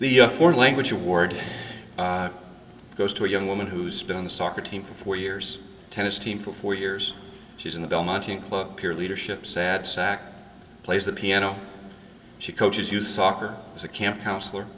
the foreign language award goes to a young woman who's been on the soccer team for four years tennis team for four years she's in the much ink club here leadership sat sack plays the piano she coaches youth soccer was a camp counselor